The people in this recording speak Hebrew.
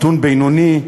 מתון בינוני?